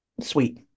sweet